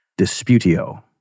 Disputio